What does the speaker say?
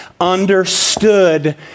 understood